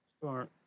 Start